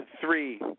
Three